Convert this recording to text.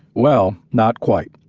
well, not quite.